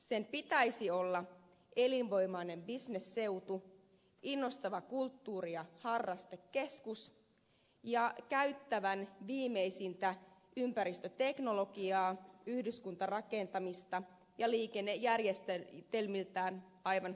sen pitäisi olla elinvoimainen bisnesseutu innostava kulttuuri ja harrastekeskus ja käyttää viimeisintä ympäristöteknologiaa ja yhdyskuntarakentamista ja olla liikennejärjestelmiltään aivan loistokunnossa